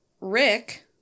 Rick